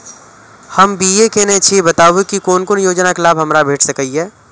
हम बी.ए केनै छी बताबु की कोन कोन योजना के लाभ हमरा भेट सकै ये?